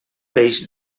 peix